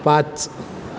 पाच